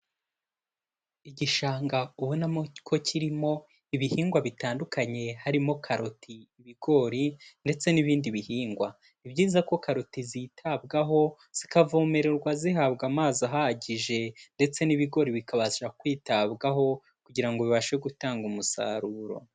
Igishanga ubonamo ko kirimo ibihingwa bitandukanye harimo karoti, ibigori ndetse n'ibindi bihingwa. Ni ibyiza ko karoti zitabwaho zikavomererwa zihabwa amazi ahagije, ndetse n'ibigori bikabasha kwitabwaho kugira ngo bibashe gutanga umusaruro.